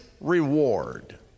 reward